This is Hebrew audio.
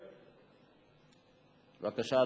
בבקשה,